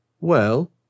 Well